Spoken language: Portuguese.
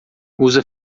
usa